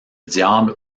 diable